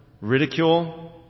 ridicule